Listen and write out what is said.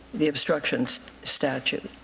the obstruction statute.